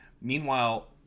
Meanwhile